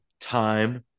time